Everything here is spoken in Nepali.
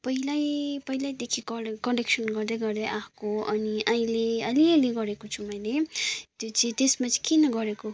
पहिल्यै पहिल्यैदेखि कलेक्सन गर्दै गर्दै आएको अनि अहिले अलिअलि गरेको छु मैले त्यो चाहिँ त्यसमा चाहिँ किन गरेको